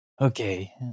okay